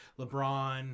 LeBron